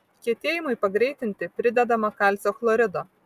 kietėjimui pagreitinti pridedama kalcio chlorido